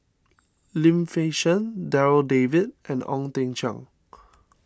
Lim Fei Shen Darryl David and Ong Teng Cheong